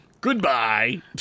Goodbye